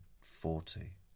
forty